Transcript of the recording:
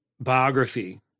biography